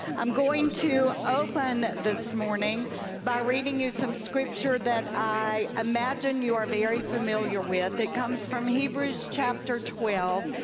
i'm going to open this morning by reading you some scripture that i imagine you are very familiar with. it comes from hebrews chapter twelve.